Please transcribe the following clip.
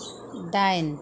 दाइन